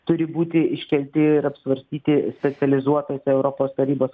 turi būti iškelti ir apsvarstyti specializuotuose europos tarybos